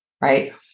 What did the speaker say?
right